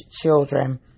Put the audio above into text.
children